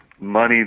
Money